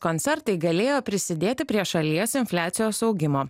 koncertai galėjo prisidėti prie šalies infliacijos augimo